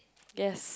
yes